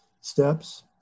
steps